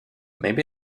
maybe